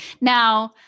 Now